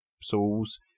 souls